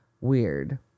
weird